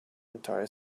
entire